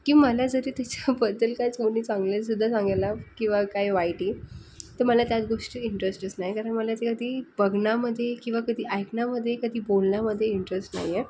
की मला जरी त्याच्या बद्दल काहीच कोणी चांगलंसुद्धा सांगायला किंवा काही वाईटही तर मला त्या गोष्टीत इंटरेस्टच नाही कारण मला ते अगदी बघण्यामध्ये किंवा कधी ऐकण्यामध्ये कधी बोलण्यामध्ये इंटरेस्ट नाही आहे